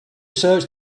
search